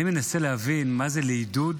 אני מנסה להבין מה זה "לעידוד